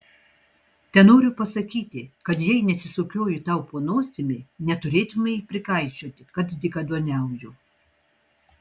tenoriu pasakyti kad jei nesisukioju tau po nosimi neturėtumei prikaišioti kad dykaduoniauju